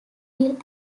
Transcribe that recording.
will